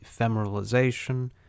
ephemeralization